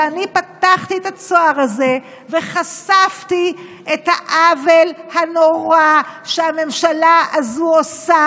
ואני פתחתי את הצוהר הזה וחשפתי את העוול הנורא שהממשלה הזאת עושה,